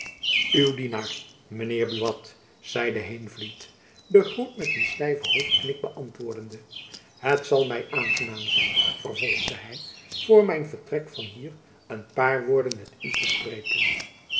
mijn heer buat zeide heenvliet jacob van lennep elizabeth musch den groet met een stijven hoofdknik beantwoordende het zal my aangenaam zijn vervolgde hy voor mijn vertrek van hier een paar woorden met u te spreken